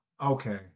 Okay